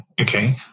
okay